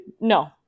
No